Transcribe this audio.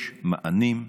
יש מענים,